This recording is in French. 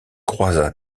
croisa